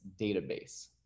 database